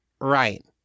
Right